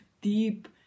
deep